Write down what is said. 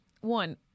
One